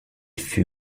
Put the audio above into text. fut